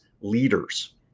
leaders